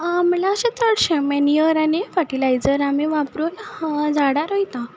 म्हणल्यार अशें चडशें मॅन्यूअर आनी फर्टिलायजर आमी वापरून झाडां रोयता